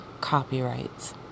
copyrights